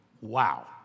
Wow